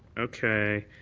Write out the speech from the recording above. okay.